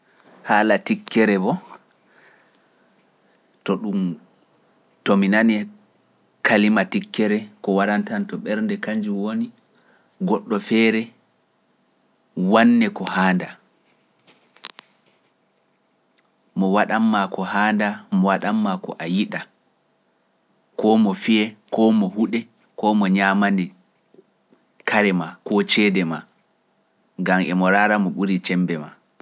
Haala tikkere bo, to ɗum, to mi nani, kalima tikkere ko waɗantanto ɓernde kanjum woni, goɗɗo feere, waanne ko haanda, mo waɗanmaa ko haanda, mo waɗanmaa ko a yiɗa, koo mo fiyee, koo mo huɗe, koo mo ñaamani, kare maa, koo ceede maa, ngam emo raara mo ɓuri cembe maa.